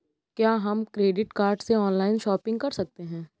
क्या हम credit card से ऑनलाइन शॉपिंग कर सकते हैं?